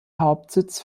hauptsitz